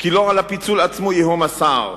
לא על הפיצול עצמו ייהום הסער,